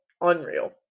Unreal